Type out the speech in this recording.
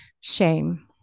shame